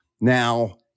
Now